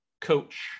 coach